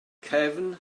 cefn